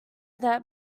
that